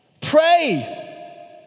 pray